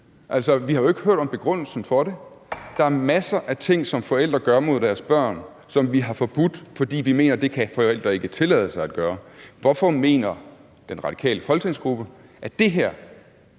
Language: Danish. Vi har jo ikke hørt en begrundelse for det. Der er masser af ting, som forældre gør mod deres børn, som vi har forbudt, fordi vi mener, at det kan forældre ikke tillade sig at gøre. Hvorfor mener den radikale folketingsgruppe, at det her